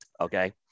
okay